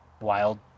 wild